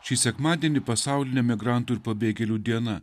šį sekmadienį pasaulinė migrantų ir pabėgėlių diena